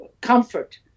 comfort